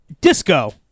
Disco